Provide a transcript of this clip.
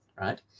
right